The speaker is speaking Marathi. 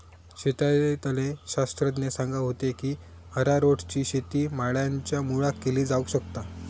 शेतीतले शास्त्रज्ञ सांगा होते की अरारोटची शेती माडांच्या मुळाक केली जावक शकता